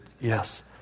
yes